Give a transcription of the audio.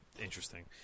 interesting